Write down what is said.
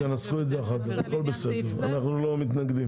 תנסחו את זה אחר כך, אנחנו לא מתנגדים.